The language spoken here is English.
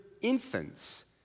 infants